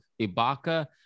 Ibaka